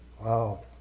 Wow